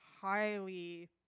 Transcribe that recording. highly